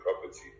property